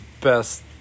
best